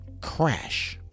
crash